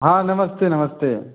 हाँ नमस्ते नमस्ते